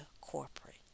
corporate